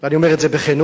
ואני אומר את זה בכנות,